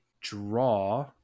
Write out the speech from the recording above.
draw